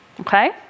Okay